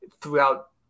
throughout